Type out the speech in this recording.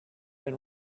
and